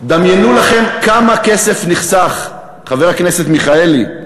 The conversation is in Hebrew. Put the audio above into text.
דמיינו לכם כמה כסף נחסך, חבר הכנסת מיכאלי,